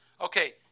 Okay